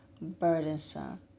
burdensome